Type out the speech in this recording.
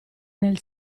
nel